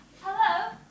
Hello